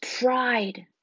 pride